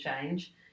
change